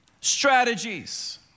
strategies